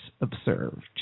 observed